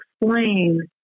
explain